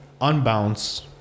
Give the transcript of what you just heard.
Unbounce